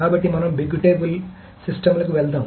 కాబట్టి మనం big table సిస్టమ్లకు వెళ్దాం